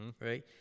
right